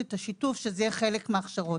את השיתוף שזה יהיה חלק מההכשרות.